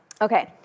Okay